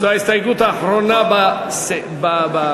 זו ההסתייגות האחרונה ב-56.